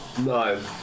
No